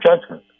judgment